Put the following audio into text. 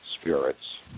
spirits